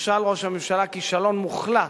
נכשל ראש הממשלה כישלון מוחלט